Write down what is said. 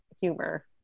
humor